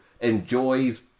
enjoys